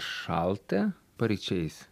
šalta paryčiais